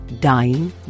dying